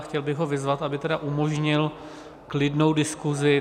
Chtěl bych ho vyzvat, aby tedy umožnil klidnou diskuzi.